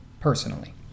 personally